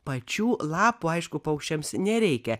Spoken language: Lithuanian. pačių lapų aišku paukščiams nereikia